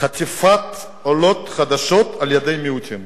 חטיפת עולות חדשות על-ידי מיעוטים.